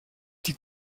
die